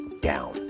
down